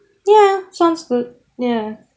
ya sounds good ya